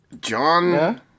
John